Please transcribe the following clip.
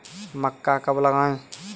मक्का कब लगाएँ?